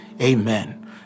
Amen